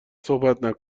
صحبت